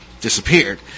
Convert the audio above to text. disappeared